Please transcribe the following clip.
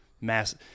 Mass